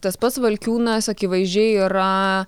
tas pats valkiūnas akivaizdžiai yra